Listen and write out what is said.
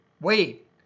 wait